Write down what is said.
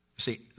see